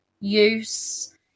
use